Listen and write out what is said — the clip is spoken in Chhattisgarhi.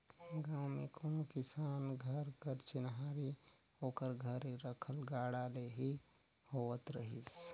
गाँव मे कोनो किसान घर कर चिन्हारी ओकर घरे रखल गाड़ा ले ही होवत रहिस